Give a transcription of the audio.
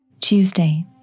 Tuesday